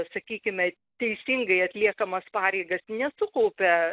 sakykime teisingai atliekamas pareigas nesukaupia